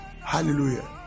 Hallelujah